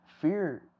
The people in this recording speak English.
fear